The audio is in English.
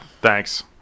Thanks